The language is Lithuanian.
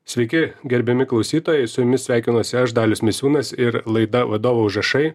sveiki gerbiami klausytojai su jumis sveikinuosi aš dalius misiūnas ir laida vadovo užrašai